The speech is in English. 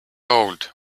hold